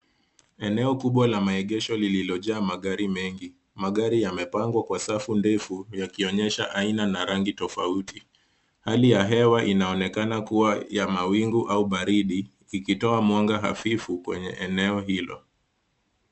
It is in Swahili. Eneo kubwa la maegesho lililo jaa magari mengi, magari yamepangwa kwa safu ndefu yakionesha aina na rangi tofauti. Hali ya hewa inaonekana kuwa ya mawingu au baridi ikitoa mwanga hafifu kwenye eneo hilo.